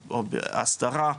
או בהסדרה,